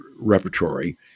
repertory